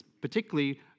particularly